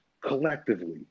collectively